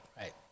Right